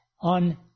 on